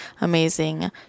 amazing